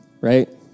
right